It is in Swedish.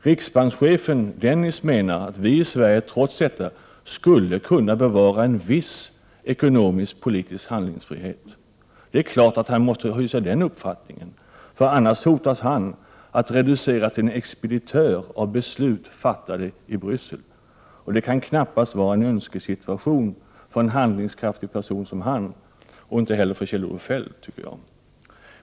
Riksbankschefen Dennis menar att vi i Sverige trots detta skulle kunna bevara en viss ekonomisk-politisk handlingsfrihet. Det är klart att han måste hysa den uppfattningen, annars hotas han att reduceras till en expeditör av beslut fattade i Bryssel. Det kan knappast vara en önskesituation för handlingskraftiga personer som Feldt och Dennis.